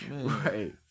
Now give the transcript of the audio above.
Right